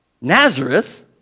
Nazareth